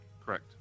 Correct